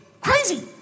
crazy